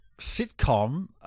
sitcom